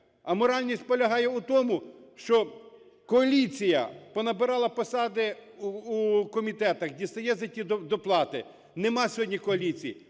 Аморальність полягає у тому, що коаліція понабирала посади у комітетах, дістає за те доплати. Нема сьогодні коаліції.